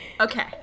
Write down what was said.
Okay